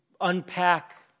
unpack